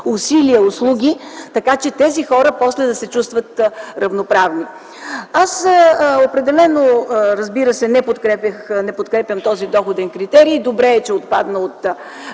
усилия и услуги, така че тези хора после да се чувстват равноправни. Аз определено не подкрепям този доходен критерий и добре е, че отпадна от